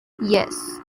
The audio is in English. yes